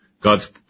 God's